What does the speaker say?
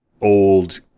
old